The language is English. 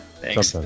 Thanks